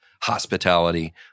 hospitality